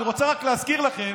אני רוצה רק להזכיר לכם,